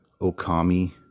Okami